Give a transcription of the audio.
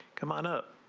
come on up.